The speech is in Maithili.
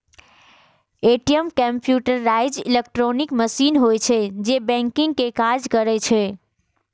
ए.टी.एम कंप्यूटराइज्ड इलेक्ट्रॉनिक मशीन होइ छै, जे बैंकिंग के काज करै छै